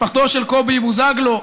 משפחתו של קובי בוזגלו,